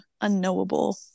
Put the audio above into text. unknowable